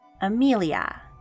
amelia